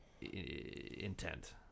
intent